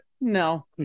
no